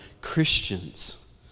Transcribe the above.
christians